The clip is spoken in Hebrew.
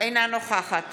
אינה נוכחת